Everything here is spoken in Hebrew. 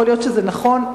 יכול להיות שזה נכון,